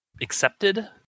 accepted